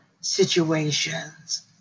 situations